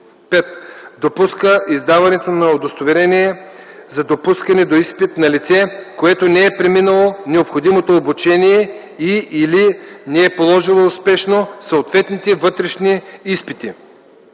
5. допуска издаването на удостоверение за допускане до изпит на лице, което не е преминало необходимото обучение и/или не е положило успешно съответните вътрешни изпити;